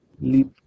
leap